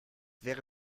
wäre